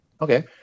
Okay